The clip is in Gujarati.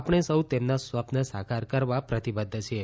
આપણે સૌ તેમના સ્વપ્ન સાકાર કરવા પ્રતિબદ્ધ છીએ